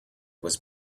was